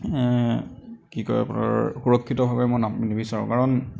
কি কয় আপোনাৰ সুৰক্ষিতভাৱে মই নিবিচাৰোঁ কাৰণ